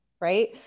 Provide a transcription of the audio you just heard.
Right